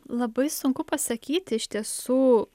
labai sunku pasakyti iš tiesų